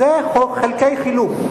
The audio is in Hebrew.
זה חלקי חילוף.